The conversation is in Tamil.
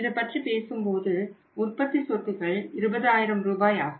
இது பற்றிப் பேசும்போது உற்பத்தி சொத்துக்கள் 20000 ரூபாய் ஆகும்